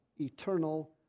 eternal